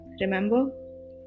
remember